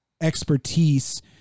expertise